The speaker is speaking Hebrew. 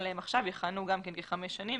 עליהם עכשיו יכהנו גם כן כחמש שנים,